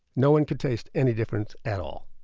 no one could taste any difference at all